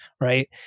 Right